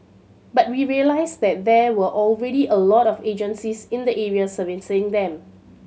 but we realised that there were already a lot of agencies in the area serving them